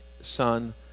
son